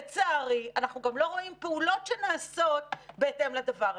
לצערי אנחנו גם לא רואים פעולות שנעשות בהתאם לדבר הזה.